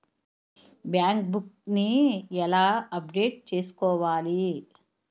Bank book నీ ఎలా update చేసుకోవాలి?